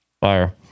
Fire